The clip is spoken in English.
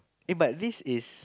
If I this is